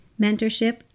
mentorship